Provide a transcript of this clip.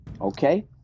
Okay